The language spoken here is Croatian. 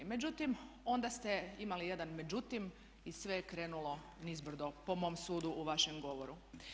Međutim, onda ste imali jedan "međutim" i sve je krenulo nizbrdo po mom sudu u vašem govoru.